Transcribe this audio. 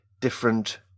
different